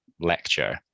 lecture